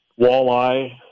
walleye